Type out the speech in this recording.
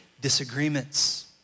disagreements